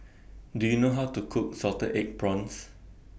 Do YOU know How to Cook Salted Egg Prawns